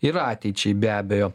ir ateičiai be abejo